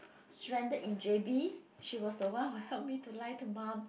stranded in J_B she was the one who help me to lie to mum